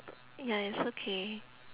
ya it's okay